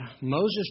Moses